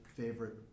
favorite